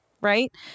right